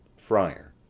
friar.